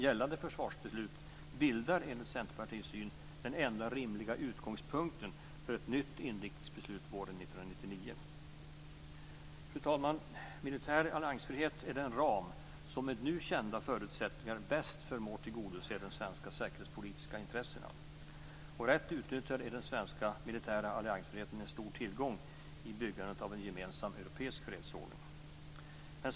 Gällande försvarsbeslut bildar, enligt Centerpartiets syn, den enda rimliga utgångspunkten för ett nytt inriktningsbeslut våren 1999. Fru talman! Militär alliansfrihet är den ram som med nu kända förutsättningar bäst förmår tillgodose de svenska säkerhetspolitiska intressena. Rätt utnyttjad är den svenska militära alliansfriheten en stor tillgång i byggandet av en gemensam europeisk fredsordning.